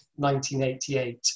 1988